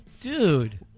dude